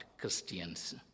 Christians